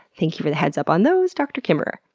thank you for the heads up on those, dr. kimmerer.